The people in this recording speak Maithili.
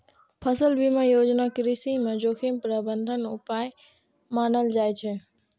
फसल बीमा योजना कृषि मे जोखिम प्रबंधन उपाय मानल जाइ छै